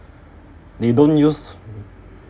they don't use